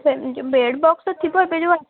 ସେଇ ଯେଉଁ bed box ତ ଥିବ ଏବେ ଯେଉଁ ଆସିଛି